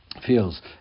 feels